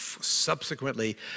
subsequently